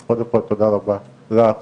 אז קודם כל תודה רבה לך